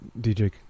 dj